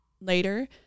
later